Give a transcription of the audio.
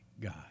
God